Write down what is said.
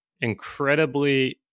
incredibly